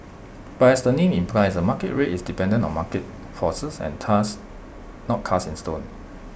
but as the name implies A market rate is dependent on market forces and thus not cast in stone